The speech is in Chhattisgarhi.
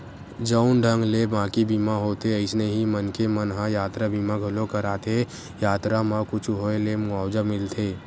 जउन ढंग ले बाकी बीमा होथे अइसने ही मनखे मन ह यातरा बीमा घलोक कराथे यातरा म कुछु होय ले मुवाजा मिलथे